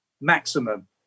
maximum